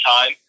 time